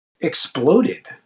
exploded